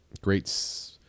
great